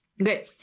Okay